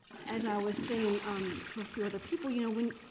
as i was saying um to a few other people, you know when